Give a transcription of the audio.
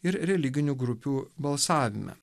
ir religinių grupių balsavime